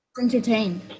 entertain